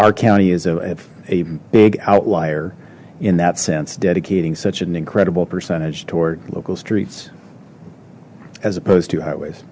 our county is a big outlier in that sense dedicating such an incredible percentage toward local streets as opposed to highways